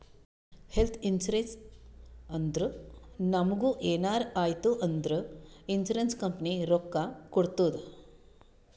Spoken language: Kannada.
ಹೆಲ್ತ್ ಇನ್ಸೂರೆನ್ಸ್ ಅಂದುರ್ ನಮುಗ್ ಎನಾರೇ ಆಯ್ತ್ ಅಂದುರ್ ಇನ್ಸೂರೆನ್ಸ್ ಕಂಪನಿ ರೊಕ್ಕಾ ಕೊಡ್ತುದ್